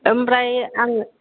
ओमफ्राय आं